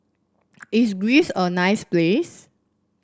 is Greece a nice place